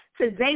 Today